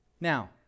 Now